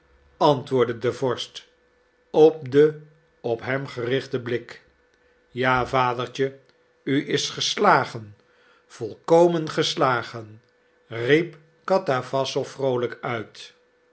antwoordde de vorst op den op hem gerichten blik ja vadertje u is geslagen volkomen geslagen riep katawassow vroolijk uit